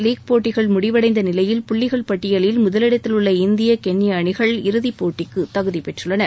league போட்டிகள் முடிவடைந்த நிலையில் புள்ளிகள் பட்டியவில் முதலிடத்தில் உள்ள இந்திய கென்ய அணிகள் இறுதி போட்டிக்கு தகுதி பெற்றுள்ளன